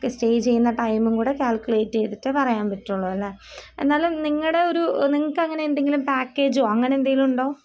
stay ചെയ്യുന്ന ടൈമും കൂടെ കാൽക്കുലേറ്റ് ചെയ്തിട്ട് പറയാൻ പറ്റുകയുള്ളൂ അല്ലേ എന്നാലും നിങ്ങളുടെ ഒരു നിങ്ങൾക്ക് അങ്ങനെ എന്തെങ്കിലും പാക്കേജോ അങ്ങനെ എന്തെങ്കിലുമുണ്ടോ